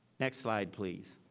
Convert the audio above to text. next slide, please.